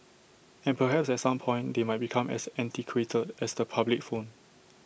and perhaps at some point they might become as antiquated as the public phone